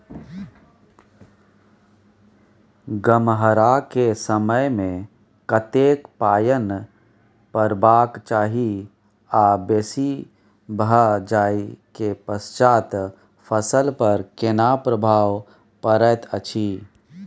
गम्हरा के समय मे कतेक पायन परबाक चाही आ बेसी भ जाय के पश्चात फसल पर केना प्रभाव परैत अछि?